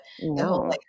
no